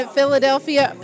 Philadelphia